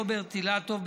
רוברט אילטוב,